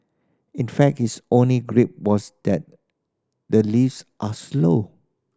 in fact his only gripe was that the lifts are slow